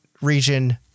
...region